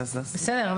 בסדר,